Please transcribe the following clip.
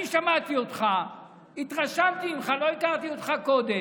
אני שמעתי אותך, התרשמתי ממך, לא הכרתי אותך קודם,